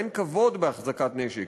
אין כבוד בהחזקת נשק,